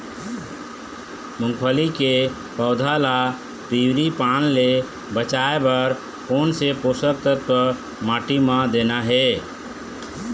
मुंगफली के पौधा ला पिवरी पान ले बचाए बर कोन से पोषक तत्व माटी म देना हे?